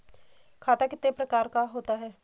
खाता कितने प्रकार का होता है?